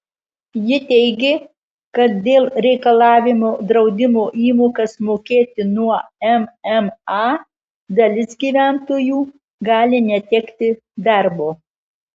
ji teigė kad dėl reikalavimo draudimo įmokas mokėti nuo mma dalis gyventojų gali netekti darbo